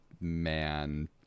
man